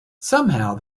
somehow